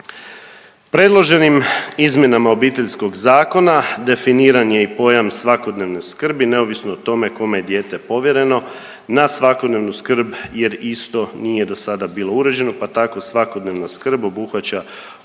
Priloženim izmjenama Obiteljskog zakona definiran je i pojam svakodnevne skrbi, neovisno o tome kome je dijete povjereno na svakodnevnu skrb jer isto nije do sada bilo uređeno, pa tako svakodnevna skrb obuhvaća